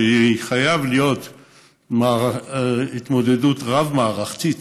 שחייבת להיות התמודדות רב-מערכתית: